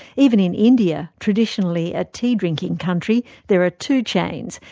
even in india, traditionally a tea-drinking country, there are two chains,